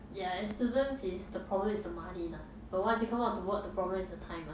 ya as students is the problem is the money lah but once you come out to work the problem is the time ah